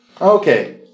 Okay